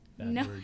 No